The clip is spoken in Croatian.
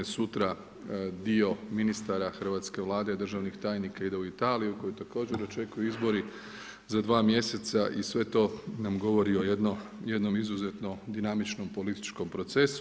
Sutra dio ministara hrvatske Vlade, državnih tajnika ide u Italiju koju također očekuju izbori za dva mjeseca i sve to nam govori o jednom izuzetno dinamičnom političkom procesu.